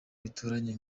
duturanye